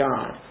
God